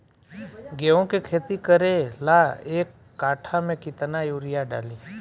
गेहूं के खेती करे ला एक काठा में केतना युरीयाँ डाली?